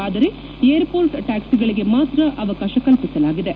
ಆದರೆ ಏರ್ಷೋರ್ಟ್ ಟ್ಲಾಕ್ಷಿಗಳಿಗೆ ಮಾತ್ರ ಅವಕಾಶ ಕಲ್ವಿಸಲಾಗಿದೆ